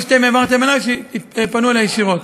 או שאתם העברתם אלי או שפנו אלי ישירות.